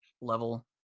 level